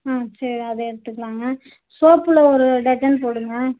ம் சரி அதை எடுத்துக்கலாங்க சோப்பில் ஓரு டஜன் போடுங்கள்